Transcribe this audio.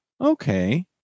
okay